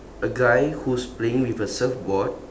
a guy who's playing with a surfboard